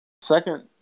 Second